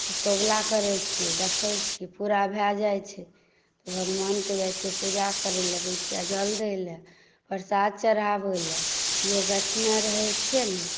कबुला करैत छियै देखै छियै पूरा भए जाइत छै तऽ भगवानकेँ जाइत छियै पूजा करय लेल एक दू लोटा जल दै लेल प्रसाद चढ़ाबय लेल जे गछने रहै छियै ने